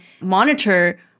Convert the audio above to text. monitor